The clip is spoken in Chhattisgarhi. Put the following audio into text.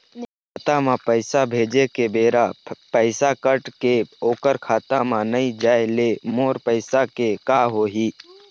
खाता म पैसा भेजे के बेरा पैसा कट के ओकर खाता म नई जाय ले मोर पैसा के का होही?